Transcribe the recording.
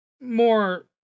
more